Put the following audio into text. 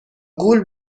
گول